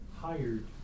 Hired